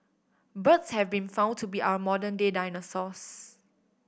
birds have been found to be our modern day dinosaurs